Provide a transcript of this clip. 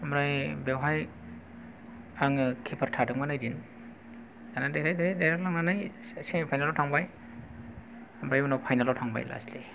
ओमफ्राय बेयावहाय आङो किपार थादोंमोन ओइदिन दाना देरहायै देरहायै देरहालांनानै सेमि फाइनेल आव थांबाय ओमफ्राय उनाव फाइनेल आव थांबाय लास्टलि